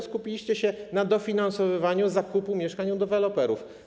Skupiliście na dofinansowywaniu zakupu mieszkań u deweloperów.